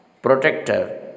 protector